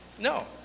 No